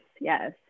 Yes